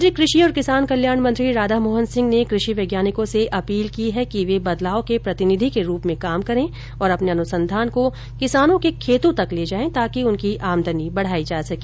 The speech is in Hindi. केंद्रीय कृषि और किसान कल्याण मंत्री राधामोहन सिंह ने कृषि वैज्ञानिकों से अपील की है कि वे बदलाव के प्रतिनिधि के रूप में कार्य करें और अपने अनुसंघान को किसानों के खेतों तक ले जाएं ताकि उनकी आमदनी बढ़ाई जा सके